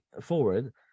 forward